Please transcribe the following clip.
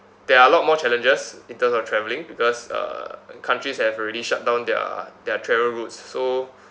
there are a lot more challenges in terms of travelling because uh and countries have already shut down their their travel routes so